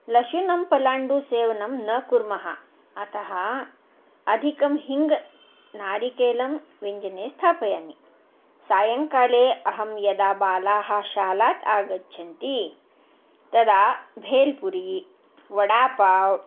लशुनं पलाण्डुः सेवनं न कुर्मः अतः अधिकं हिङ्ग् नारिकेलं व्यञ्जने स्थापयामि सायङ्काले अहं यदा बालाः शालात् आगच्छन्ति तदा भेल्पुरी वडापाव्